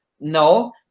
No